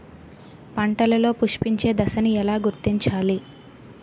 పంటలలో పుష్పించే దశను ఎలా గుర్తించాలి?